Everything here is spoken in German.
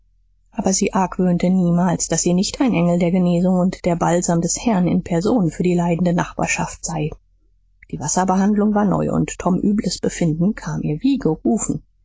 aber sie argwöhnte niemals daß sie nicht ein engel der genesung und der balsam des herrn in person für die leidende nachbarschaft sei die wasserbehandlung war neu und toms übles befinden kam ihr wie gerufen